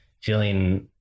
feeling